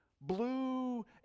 blue